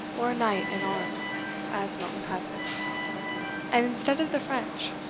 or knight in arms as milton has it and instead of the french,